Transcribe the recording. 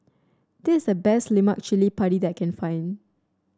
this is the best Lemak Cili Padi that I can find